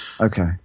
Okay